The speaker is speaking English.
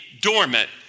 dormant